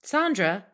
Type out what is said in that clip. Sandra